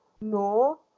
no